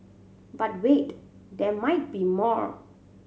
but wait there might be more